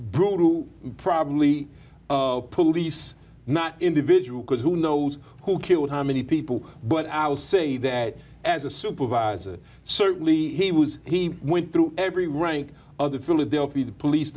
brutal probably police not individual because who knows who killed how many people but i will say that as a supervisor certainly he was he went through every rank of the philadelphia police